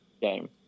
game